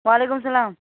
وعلیکُم السلام